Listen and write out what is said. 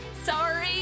sorry